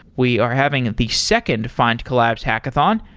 we are having the second findcollabs hackathon.